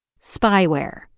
Spyware